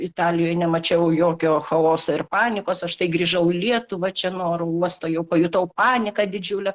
italijoj nemačiau jokio chaoso ir panikos o štai grįžau į lietuvą čia nuo oro uosto jau pajutau paniką didžiulę